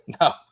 No